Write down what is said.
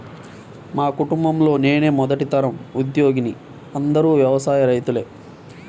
మా కుటుంబంలో నేనే మొదటి తరం ఉద్యోగిని అందరూ వ్యవసాయ రైతులే